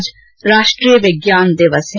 आज राष्ट्रीय विज्ञान दिवस है